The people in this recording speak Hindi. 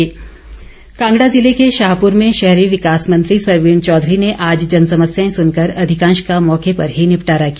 सरवीण कांगड़ा जिले के शाहपुर में शहरी विकास मंत्री सरवीण चौधरी ने आज जन समस्याएं सुनकर अधिकांश का मौके पर ही निपटारा किया